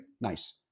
nice